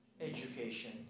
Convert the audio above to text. education